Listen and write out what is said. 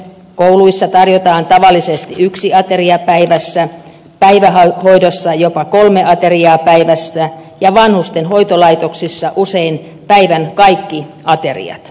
kouluissa tarjotaan tavallisesti yksi ateria päivässä päivähoidossa jopa kolme ateriaa päivässä ja vanhusten hoitolaitoksissa usein päivän kaikki ateriat